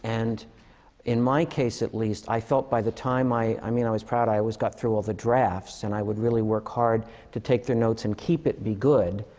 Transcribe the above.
and in my case at least, i felt by the time i i mean, i was proud, i i always got through all the drafts. and i would really work hard to take their notes and keep it, and be good.